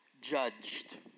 judged